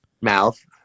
Mouth